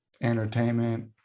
entertainment